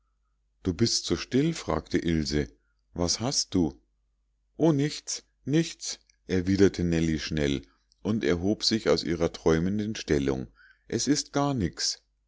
du bist so still fragte ilse was hast du o nichts nichts erwiderte nellie schnell und erhob sich aus ihrer träumenden stellung es ist gar nix